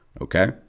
okay